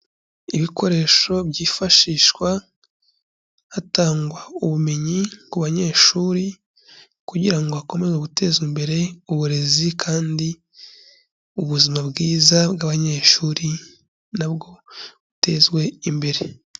Ibikoresho byifashishwa hatangwa ubumenyi ku banyeshuri kugira ngo bakomeze guteza imbere uburezi kandi ubuzima bwiza bw'abanyeshuri na bwo butezwe imbere.